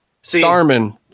Starman